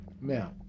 Now